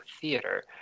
theater